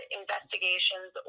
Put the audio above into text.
investigations